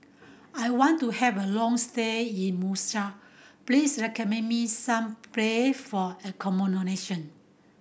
I want to have a long stay in Muscat please recommend me some place for accommodation